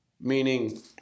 meaning